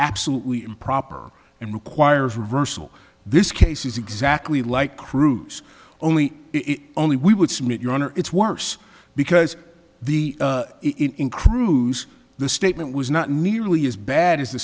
absolutely improper and requires reversal this case is exactly like cruise only it only we would submit your honor it's worse because the it in cruise the statement was not nearly as bad as the